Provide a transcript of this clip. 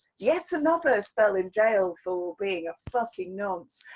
yet another spell in jail, for being a fucking nonce.